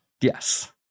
Yes